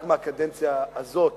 רק בקדנציה הזאת